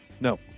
no